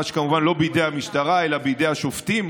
מה שכמובן לא בידי המשטרה אלא בידי השופטים,